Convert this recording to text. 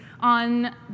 on